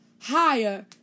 higher